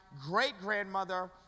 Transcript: great-grandmother